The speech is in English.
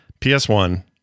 ps1